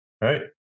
Right